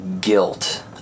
guilt